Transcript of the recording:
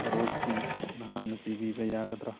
ꯋꯥꯔꯣꯜꯁꯤꯡ ꯅꯍꯥꯛꯅ ꯄꯤꯕꯤꯕ ꯌꯥꯒꯗ꯭ꯔꯥ